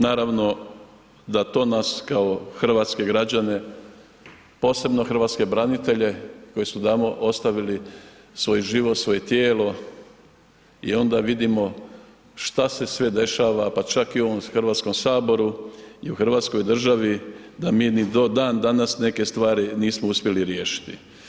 Naravno da to nas kao hrvatske građane, posebno hrvatske branitelje koji su tamo ostavili svoj život, svoje tijelo i onda vidimo šta se sve dešava pa čak i u ovom Hrvatskom saboru i u Hrvatskoj državi da mi ni do dan danas neke stvari nismo uspjeli riješiti.